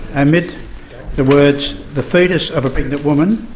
and omit the words the foetus of a pregnant woman,